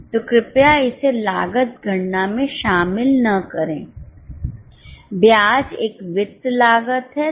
तो कृपया इसे लागत गणना में शामिल न करें ब्याज एक वित्त लागत है